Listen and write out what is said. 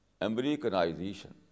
Americanization